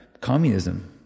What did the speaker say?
communism